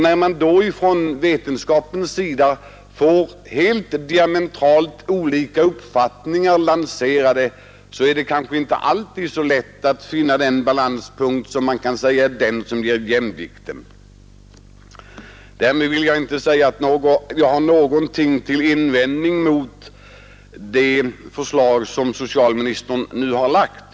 När man från vetenskapens sida då får diametralt motsatta värderingar, är det kanske inte alltid så lätt att finna den balanspunkt som kan sägas ge jämvikten. Därmed vill jag inte säga att jag har något att invända mot det förslag som socialministern nu framlagt.